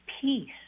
peace